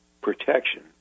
protection